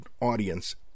audience